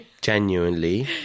Genuinely